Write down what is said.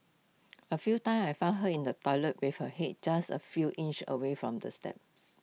A few times I found her in the toilet before her Head just A few inches away from the steps